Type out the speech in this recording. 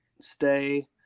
stay